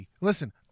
listen